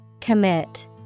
Commit